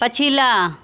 पछिला